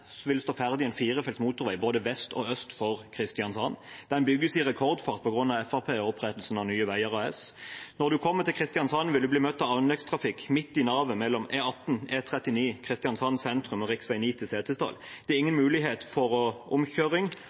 stå ferdig en firefelts motorvei både vest og øst for Kristiansand. Den bygges i rekordfart på grunn av Fremskrittspartiet og opprettelsen av Nye Veier AS. Når man kommer til Kristiansand, vil man bli møtt av anleggstrafikk midt i navet mellom E18, E39, Kristiansand sentrum og rv. 9 til Setesdal. Det er ingen mulighet for omkjøring,